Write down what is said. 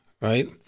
right